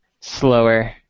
slower